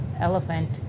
elephant